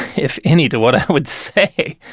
if any, to what i would say,